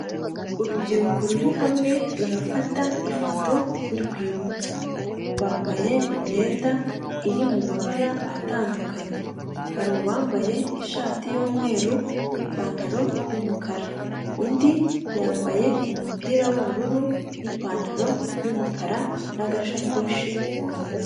Urubyiruko ruri hamwe, rurafata ifoto y'urwibutso. Bambaye imyenda iri mu mabara atandukanye. Hari uwambaye ishati y'umweru n'ipantaro y'umukara. Undi yambaye umupira w'ubururu n'ipantaro y'umukara n'agashakoshi mu ntoki.